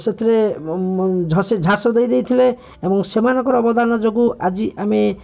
ସେଥିରେ ଝାସ ଦେଇ ଦେଇଥିଲେ ଏବଂ ସେମାନଙ୍କର ଅବଦାନ ଯୋଗୁଁ ଆଜି ଆମେ